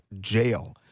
jail